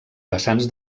vessants